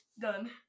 Done